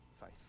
faith